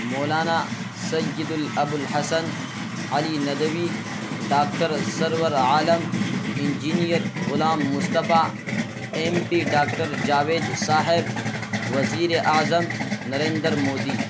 مولانا Syed Abul Hasan Ali Nadwi doctor Sarwar Alam engineer Ghulam Mustafa M P doctor Javed صاحب وزیر اعظم نریندر مودی